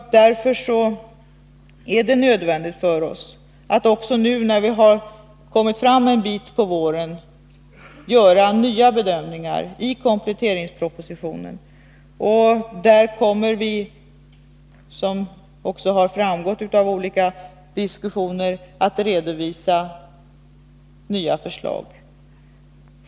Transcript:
Därför är det nödvändigt för oss att också nu så här en bit fram på våren göra nya bedömningar i kompletteringspropositionen. Såsom har framgått i olika diskussioner kommer vi att redovisa nya förslag.